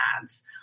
ads